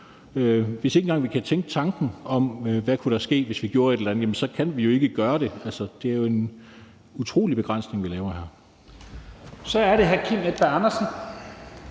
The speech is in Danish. Hvis ikke engang vi kan tænke tanken om, hvad der kunne ske, hvis vi gjorde et eller andet, så kan vi jo ikke gøre det. Det er jo en utrolig begrænsning, vi laver her. Kl. 11:50 Første